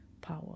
power